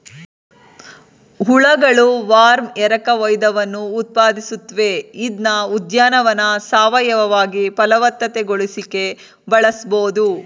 ಹುಳಗಳು ವರ್ಮ್ ಎರಕಹೊಯ್ದವನ್ನು ಉತ್ಪಾದಿಸುತ್ವೆ ಇದ್ನ ಉದ್ಯಾನವನ್ನ ಸಾವಯವವಾಗಿ ಫಲವತ್ತತೆಗೊಳಿಸಿಕೆ ಬಳಸ್ಬೋದು